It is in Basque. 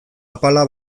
apala